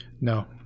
no